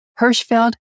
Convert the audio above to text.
Hirschfeld